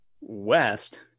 west